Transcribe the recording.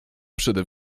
przede